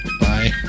Bye